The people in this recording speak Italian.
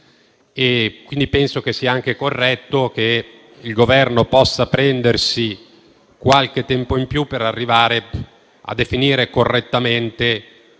quindi sia anche corretto che il Governo possa prendersi qualche tempo in più per arrivare a definire correttamente